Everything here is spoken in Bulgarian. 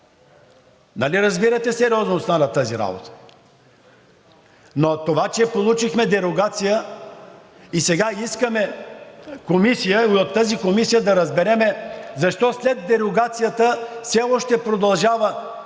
Нали разбирате сериозността на тази работа? Това, че получихме дерогация и сега искаме комисия и в тази комисия да разберем защо след дерогацията все още продължава